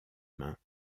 mains